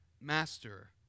Master